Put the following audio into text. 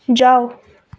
जाऊ